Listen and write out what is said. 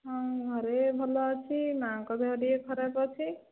ହଁ ଘରେ ଭଲ ଅଛି ମା'ଙ୍କ ଦେହ ଟିକେ ଖରାପ ଅଛି